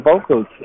vocals